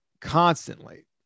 constantly